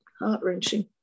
heart-wrenching